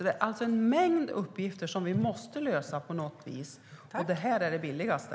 Det är alltså en mängd uppgifter som vi måste lösa på något vis, och det här är det billigaste.